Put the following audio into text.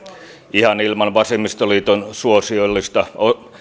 ihan ilman vasemmistoliiton suosiollista